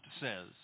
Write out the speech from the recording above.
says